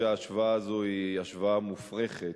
שההשוואה הזאת היא השוואה מופרכת,